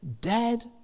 dead